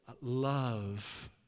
love